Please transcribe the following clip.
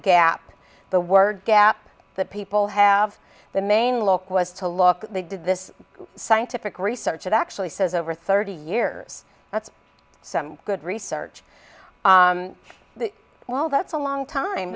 gap the word gap that people have the main look was to look they did this scientific research that actually says over thirty years that's some good research well that's a long time